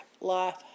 life